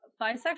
bisexual